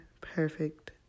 perfect